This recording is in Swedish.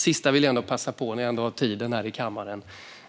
Sist vill jag passa på när jag ändå har tid kvar här i kammaren.